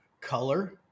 color